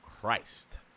Christ